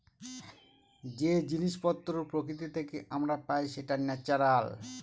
যে জিনিস পত্র প্রকৃতি থেকে আমরা পাই সেটা ন্যাচারাল